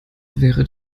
wäre